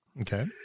Okay